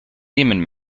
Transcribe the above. lehmann